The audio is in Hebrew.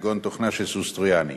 כגון תוכנה של "סוס טרויאני".